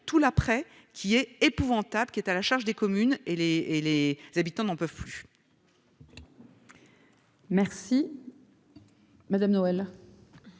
tout l'après, qui est épouvantable, qui est à la charge des communes et les et les habitants n'en peuvent plus. Merci madame Noël.